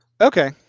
Okay